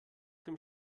dem